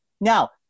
Now